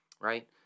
right